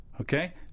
okay